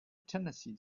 tennessee